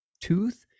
tooth